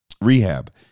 rehab